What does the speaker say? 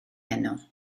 heno